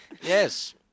Yes